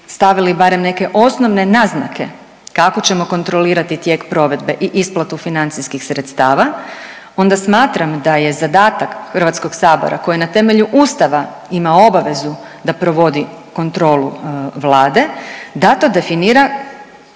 stavili barem neke osnovne naznake kako ćemo kontrolirati tijek provedbe i isplatu financijskih sredstava, onda smatram da je zadatak Hrvatskog sabora koji na temelju Ustava ima obavezu da provodi kontrolu Vlade dato definira